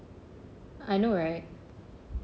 I know right